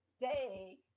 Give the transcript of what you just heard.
day